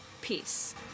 Peace